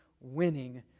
winning